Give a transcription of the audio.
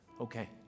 Okay